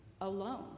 alone